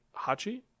Hachi